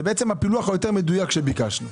זה בעצם הפילוח המדויק יותר שביקשנו.